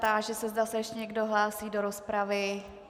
Táži se, zda se ještě někdo hlásí do rozpravy.